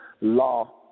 Law